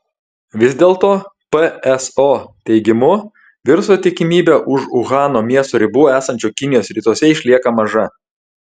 vis dėl to pso teigimu viruso tikimybė už uhano miesto ribų esančio kinijos rytuose išlieka maža